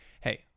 Hey